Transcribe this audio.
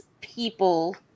people